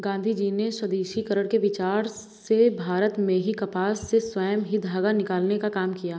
गाँधीजी ने स्वदेशीकरण के विचार से भारत में ही कपास से स्वयं ही धागा निकालने का काम किया